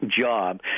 job